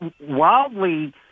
wildly